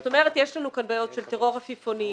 זאת אומרת, יש לנו כאן בעיות של טרור עפיפונים